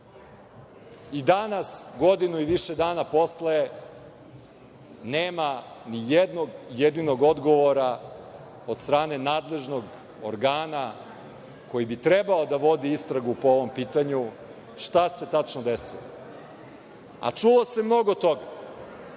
I danas, godinu i više dana posle, nema ni jednog jedinog odgovora od strane nadležnog organa koji bi trebao da vodi istragu po ovom pitanju šta se tačno desilo, a čulo se mnogo toga,